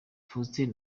faustin